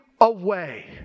away